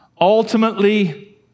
ultimately